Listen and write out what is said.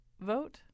vote